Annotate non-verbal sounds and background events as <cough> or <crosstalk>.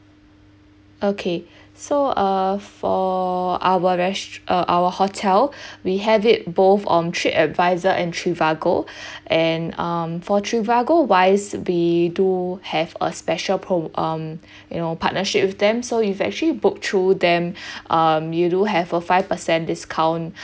okay so uh for our res~ uh our hotel <breath> we have it both on trip advisor and trivago <breath> and um for trivago wise we do have a special prom~ um <breath> you know partnership with them so if you actually book through them <breath> um you do have a five percent discount